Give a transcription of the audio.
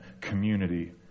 community